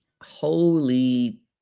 holy